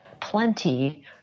plenty